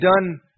done